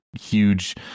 huge